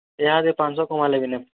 ଇହାଦେ ପାଞ୍ଚଶହ କମାଲେ ବି ନାଇଁ